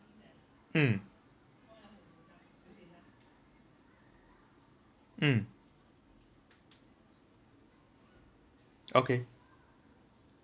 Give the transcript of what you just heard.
mm mm okay